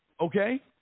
okay